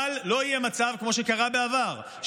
אבל לא יהיה מצב כמו שקרה בעבר,